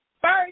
First